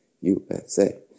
USA